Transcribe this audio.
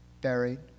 buried